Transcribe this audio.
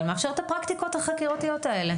מאפשר את הפרקטיקות החקירתיות האלה.